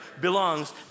belongs